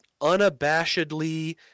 unabashedly